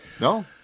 No